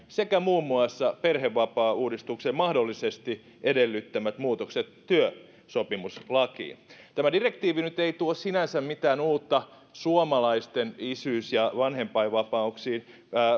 sekä muun muassa perhevapaauudistuksen mahdollisesti edellyttämät muutokset työsopimuslakiin tämä direktiivi nyt ei tuo sinänsä mitään uutta suomalaisten isyys ja vanhempainvapaisiin